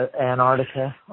Antarctica